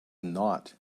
not